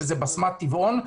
שזה בסמת טבעון,